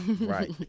right